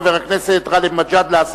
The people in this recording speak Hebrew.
חבר הכנסת גאלב מג'אדלה,